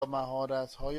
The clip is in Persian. مهارتهای